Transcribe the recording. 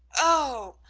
oh,